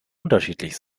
unterschiedlich